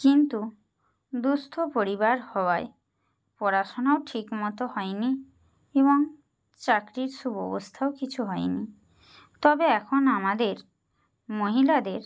কিন্তু দুঃস্থ পরিবার হওয়ায় পড়াশোনাও ঠিক মতো হয়নি এবং চাকরির সুব্যবস্থাও কিছু হয়নি তবে এখন আমাদের মহিলাদের